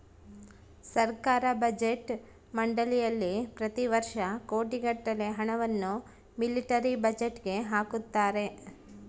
ಸರ್ಕಾರ ಬಜೆಟ್ ಮಂಡಳಿಯಲ್ಲಿ ಪ್ರತಿ ವರ್ಷ ಕೋಟಿಗಟ್ಟಲೆ ಹಣವನ್ನು ಮಿಲಿಟರಿ ಬಜೆಟ್ಗೆ ಹಾಕುತ್ತಾರೆ